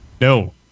No